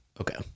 Okay